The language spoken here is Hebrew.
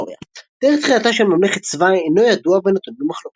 היסטוריה תאריך תחילתה של ממלכת סבא אינו ידוע ונתון במחלוקת.